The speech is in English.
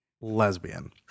lesbian